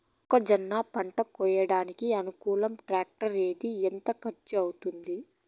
మొక్కజొన్న పంట కోయడానికి అనుకూలం టాక్టర్ ఏది? ఎంత ఖర్చు అవుతుంది?